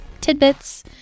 tidbits